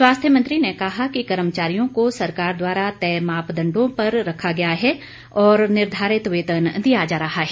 स्वास्थ्य मंत्री ने कहा कि कर्मचारियों को सरकार द्वारा तय मापदंडों पर रखा गया है और निर्धारित वेतन दिया जा रहा है